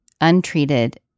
untreated